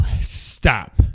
Stop